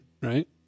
right